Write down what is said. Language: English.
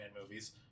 movies